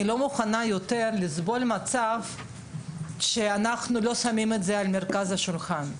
אני לא מוכנה לסבול מצב שאנחנו לא שמים את זה במרכז השולחן.